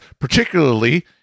particularly